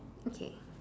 okay